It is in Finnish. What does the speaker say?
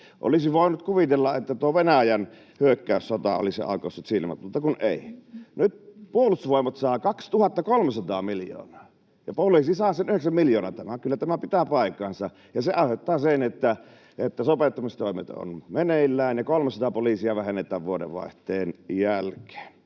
Olisi voinut kuvitella, että tuo Venäjän hyökkäyssota olisi aukaissut silmät, mutta kun ei. Nyt Puolustusvoimat saa 2 300 miljoonaa ja poliisi saa sen 9 miljoonaa — kyllä tämä pitää paikkansa, ja se aiheuttaa sen, että sopeuttamistoimet ovat meneillään ja 300 poliisia vähennetään vuodenvaihteen jälkeen.